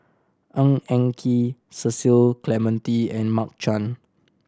Ng Eng Kee Cecil Clementi and Mark Chan